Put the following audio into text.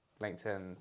LinkedIn